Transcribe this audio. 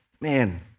Man